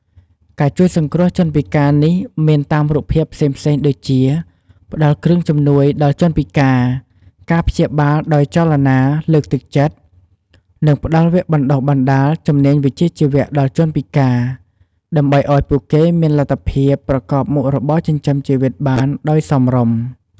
ការជួយសង្គ្រោះជនពិការនេះមានតាមរូបភាពផ្សេងៗដូចជា ផ្ដល់គ្រឿងជំនួយដល់ជនពិការ ការព្យាបាលដោយចលនា លើកទឹកចិត្ត និងផ្ដល់វគ្គបណ្តុះបណ្តាល ជំនាញវិជ្ជាជីវៈដល់ជនពិការ ដើម្បីឱ្យពួកគេមានលទ្ធភាពប្រកបមុខរបរចិញ្ចឹមជីវិតបានដោយសមរម្យ។